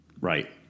Right